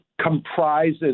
comprises